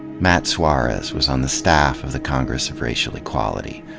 matt suarez was on the staff of the congress of racial equality.